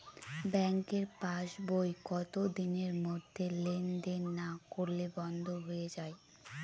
ব্যাঙ্কের পাস বই কত দিনের মধ্যে লেন দেন না করলে বন্ধ হয়ে য়ায়?